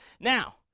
Now